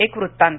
एक वृत्तांत